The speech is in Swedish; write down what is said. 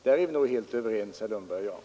Där är vi nog helt överens herr Lundberg och jag.